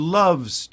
loves